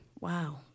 Wow